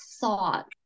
thought